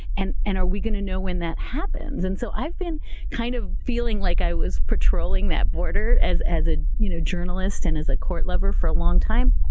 and and are we going to know when that happens? and so i've been kind of feeling like i was patrolling that border as a ah you know journalist and as a court lover for a long time.